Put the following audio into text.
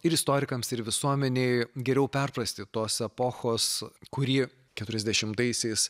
ir istorikams ir visuomenei geriau perprasti tos epochos kuri keturiasdešimtaisiais